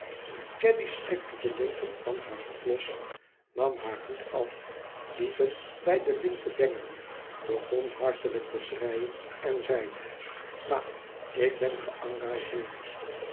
caddy strikte de linten van haar hoed los nam haar hoed af liet hem bij de linten bengelen begon hartelijk te schreien en zeide ma ik ben